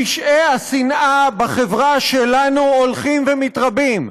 פשעי שנאה בחברה שלנו הולכים ומתרבים,